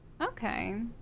Okay